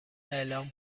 اعلام